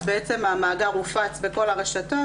אז בעצם המאגר הופץ בכל הרשתות,